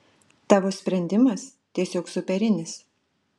tavo sprendimas tiesiog superinis